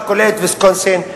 שכוללת את ויסקונסין,